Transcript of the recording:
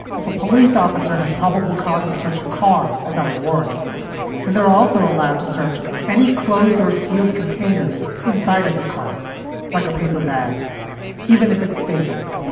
if a police officer has probable cause to search a car without a warrant consideration, they're also allowed to search any closed or sealed containers inside of the car like a paper bag like even if it's stapled,